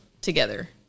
together